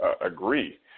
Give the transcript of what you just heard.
agree